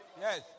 Yes